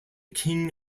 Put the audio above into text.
king